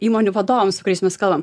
įmonių vadovoms su kuriais mes kalbam